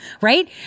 right